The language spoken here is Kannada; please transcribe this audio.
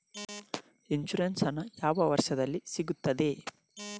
ಇನ್ಸೂರೆನ್ಸ್ ಹಣ ಯಾವ ವರ್ಷದಲ್ಲಿ ನಮಗೆ ಸಿಗುತ್ತದೆ?